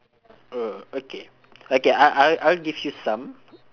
uh okay okay I'll I'll I'll give you some